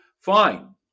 fine